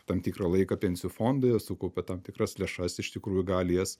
tam tikrą laiką pensijų fonde sukaupė tam tikras lėšas iš tikrųjų gali jas